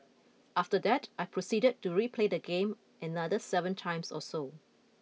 after that I proceeded to replay the game another seven times or so